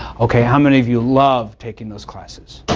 ok, how many of you love taking those classes?